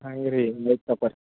ಹಂಗೆ ರೀ ಬೈಕ್ ತಕೋರಿ